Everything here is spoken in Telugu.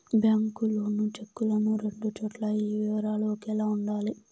బ్యాంకు లోను చెక్కులను రెండు చోట్ల ఈ వివరాలు ఒకేలా ఉండాలి